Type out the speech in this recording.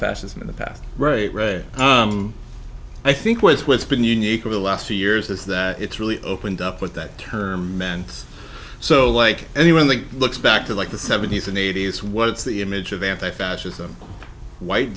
fascism in the past right ray i think was what's been unique over the last few years is that it's really opened up with that term meant so like anyone that looks back to like the seventy's and eighty's was the image of anti fascism white